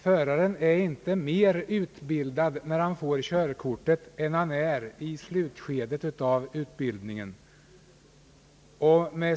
Föraren är ju inte mer utbildad när han får körkort än under slutskedet av utbildningen.